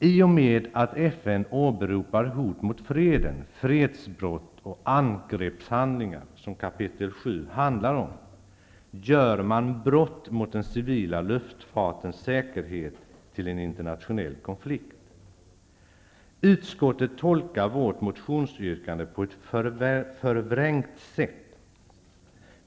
I och med att FN åberopar hot mot freden, fredsbrott och angreppshandlingar, som kapitel VII handlar om, gör man brott mot den civila luftfartens säkerhet till en internationell konflikt. Utskottet tolkar vårt motionsyrkande på ett förvrängt sätt.